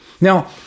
Now